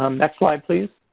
um next slide please.